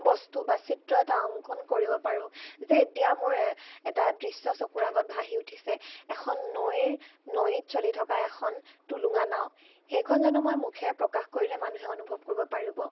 বস্তু বা চিত্ৰ এটা অংকন কৰিব পাৰোঁ যে এতিয়া মোৰ এটা দৃশ্য চকুৰ আগত ভাহি উঠিছে এখন নৈৰ নৈত চলি থকা এখন টুলুঙা নাও সেইখন জানো মই মুখেৰে প্ৰকাশ কৰিলে মানুহে অনুভৱ কৰিব পাৰিব